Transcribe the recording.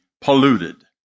polluted